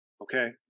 Okay